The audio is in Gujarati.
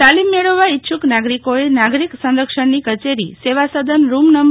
તાલીમ મેળવવા ઈચ્છુગક નાગરિકોએ નાગરિક સંરક્ષણની કચેરીસેવાસદન રૂમ નં